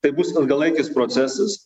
tai bus ilgalaikis procesas